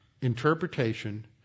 interpretation